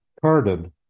Carded